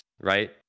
right